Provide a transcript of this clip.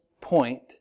point